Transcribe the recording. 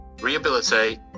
rehabilitate